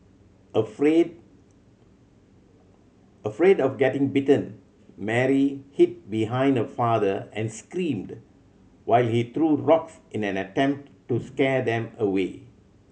afraid afraid of getting bitten Mary hid behind her father and screamed while he threw rocks in an attempt to scare them away